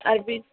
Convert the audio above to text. आर बे